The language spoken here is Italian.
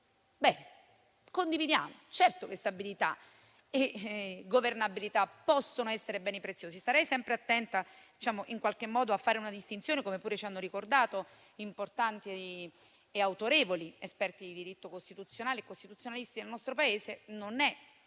questo assunto; certo che stabilità e governabilità possono essere beni preziosi. Starei sempre attenta però a fare una distinzione, come pure ci hanno ricordato importanti e autorevoli esperti di diritto costituzionale e costituzionalisti del nostro Paese: non è questo